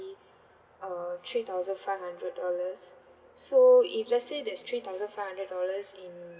uh three thousand five hundred dollars so if let say there's three thousand five hundred dollars in